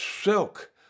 silk